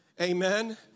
amen